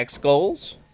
goals